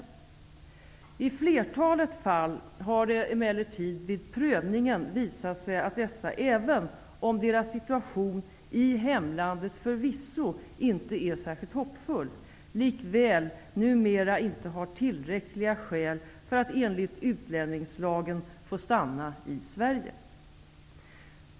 I flertalet fall har det emellertid vid prövningen visat sig att dessa, även om deras situation i hemlandet förvisso inte är särskilt hoppfull, likväl numera inte har tillräckliga skäl för att enligt utlänningslagen få stanna i Sverige.